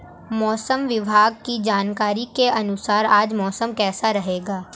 मौसम विभाग की जानकारी के अनुसार आज मौसम कैसा रहेगा?